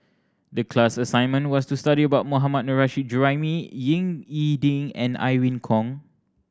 the class assignment was to study about Mohammad Nurrasyid Juraimi Ying E Ding and Irene Khong